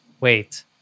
wait